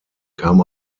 kam